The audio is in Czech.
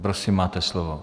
Prosím, máte slovo.